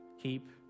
keep